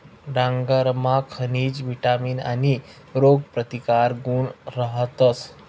डांगरमा खनिज, विटामीन आणि रोगप्रतिकारक गुण रहातस